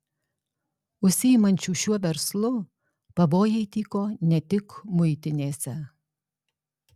užsiimančių šiuo verslu pavojai tyko ne tik muitinėse